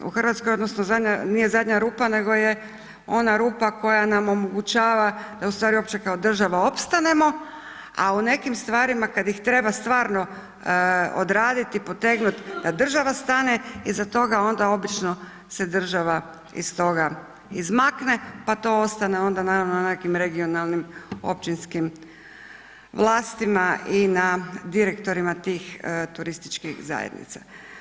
U RH odnosno zadnja, nije zadnja rupa, nego je ona rupa koja nam omogućava da ustvari uopće kao država opstanemo, a u nekim stvarima kad ih treba stvarno odradit i potegnut da država stane iza toga, onda obično se država iz toga izmakne, pa to ostane onda naravno na nekim regionalnim općinskim vlastima i na direktorima tih turističkih zajednica.